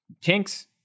Tinks